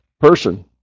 person